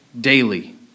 daily